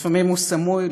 לפעמים הוא סמוי,